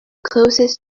closest